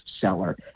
seller